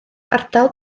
ardal